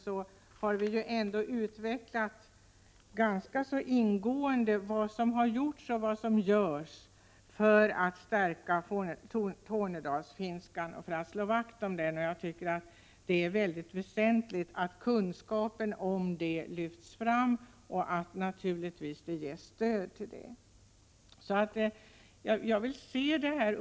Vi har ganska ingående utvecklat vad som har gjorts och vad som görs för att stärka tornedalsfinskan och för att slå vakt om den. Det är mycket väsentligt att kunskapen om detta lyfts fram och naturligtvis också att det ges stöd till detta.